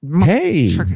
Hey